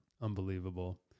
Unbelievable